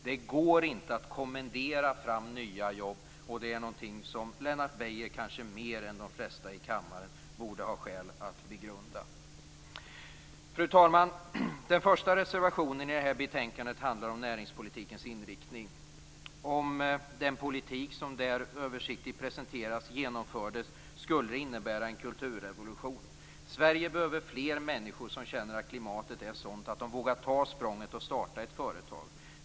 Det går inte att kommendera fram nya jobb; det är någonting som Lennart Beijer, kanske mer än de flesta i kammaren, borde ha skäl att begrunda. Fru talman! Den första reservationen till det här betänkandet handlar om näringspolitikens inriktning. Om den politik som där översiktligt presenteras genomfördes skulle det innebära en kulturrevolution. Sverige behöver fler människor som känner att klimatet är sådant att de vågar ta språnget och starta ett företag.